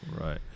Right